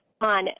on